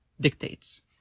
Dictates